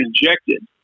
injected